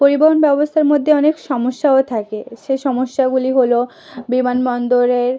পরিবহন ব্যবস্থার মধ্যে অনেক সমস্যাও থাকে সে সমস্যাগুলি হল বিমানবন্দরের